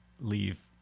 leave